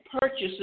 purchases